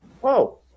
Whoa